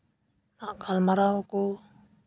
ᱜᱟᱞᱢᱟᱨᱟᱣ ᱠᱚ